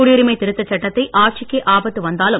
குடியுரிமை திருத்த சட்டத்தை ஆட்சிக்கே ஆபத்து வந்தாலும்